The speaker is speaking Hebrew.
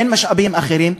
אין משאבים אחרים,